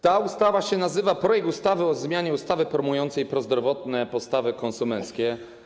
Ta ustawa się nazywa: ustawa o zmianie ustawy promującej prozdrowotne postawy konsumenckie.